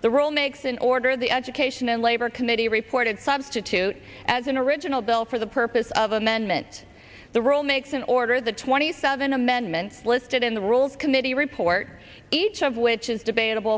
the role makes in order the education and labor committee reported substitute as an original bill for the purpose of amendment the roll makes an order the twenty seven amendment listed in the rules committee report each of which is debatable